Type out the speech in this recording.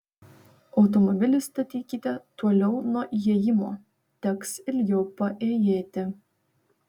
automobilį statykite toliau nuo įėjimo teks ilgiau paėjėti